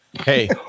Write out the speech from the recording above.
Hey